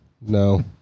No